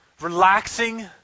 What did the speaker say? relaxing